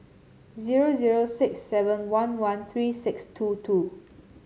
zero zero six seven one one three six two two